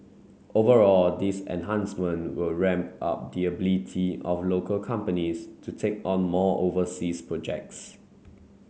overall these enhancement will ramp up the ability of local companies to take on more overseas projects